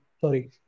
Sorry